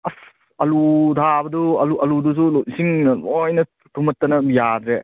ꯑꯁ ꯑꯂꯨ ꯊꯥꯕꯗꯨ ꯑꯂꯨ ꯑꯂꯨꯗꯨꯁꯨ ꯏꯁꯤꯡꯅ ꯂꯣꯏꯅ ꯊꯨꯝꯃꯠꯇꯅ ꯌꯥꯗ꯭ꯔꯦ